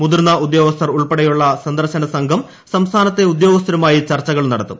മുതിർന്ന ഉദ്യോഗസ്ഥർ ഉൾപ്പെടെയുള്ള സന്ദർശന സംഘം സംസ്ഥാനത്തെ ഉദ്യോഗസ്ഥരുമായി ചർച്ചകൾ നടത്തും